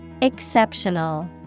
Exceptional